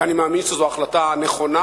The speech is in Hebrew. ואני מאמין שזאת ההחלטה הנכונה,